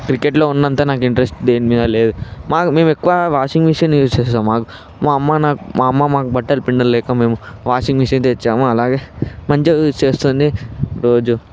క్రికెట్లో ఉన్నంత నాకు ఇంట్రెస్ట్ దేని మీద లేదు మాకు మేమెక్కువ వాషింగ్ మెషిన్ యూజ్ చేస్తాము మా అమ్మ నాకు మా అమ్మ మాకు బట్టలు పిండలేక మేము వాషింగ్ మెషిన్ తెచ్చాము అలాగే మంచిగా యూజ్ చేస్తుంది రోజూ